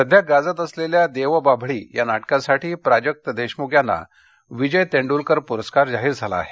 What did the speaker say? सध्या गाजत असलेल्या देवबाभळी या नाटकासाठी प्राजक्त देशमुख यांना विजय तेंडूलकर पुरस्कार जाहीर झाला आहे